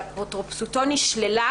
להורות כי הוראות סעיף קטן (א),